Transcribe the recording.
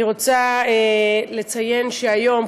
אני רוצה לציין שהיום,